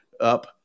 up